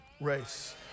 race